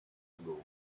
ago